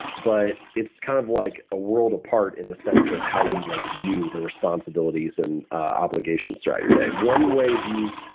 but it's kind of like a world apart in the sense of how you like view the responsibilities and obligations throughout your day. one way of use,